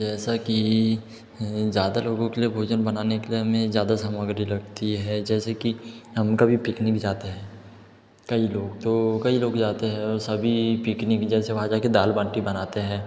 जैसा कि ज़्यादा लोगों के लिए भोजन बनाने के लिए हमें ज़्यादा सामग्री लगती है जैसे कि हम कभी पिकनिक जाते हैं कई लोग तो कई लोग जाते हैं और सभी पिकनिक जैसे वहाँ जा कर दाल बाटी बनाते हैं